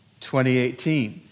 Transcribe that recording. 2018